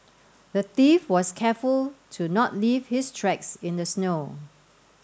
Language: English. the thief was careful to not leave his tracks in the snow